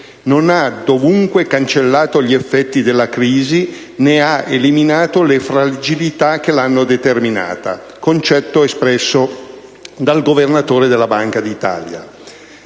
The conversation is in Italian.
«non ha dovunque cancellato gli effetti della crisi, né ha eliminato le fragilità che l'hanno determinata»: concetto, questo, espresso dal Governatore della Banca d'Italia.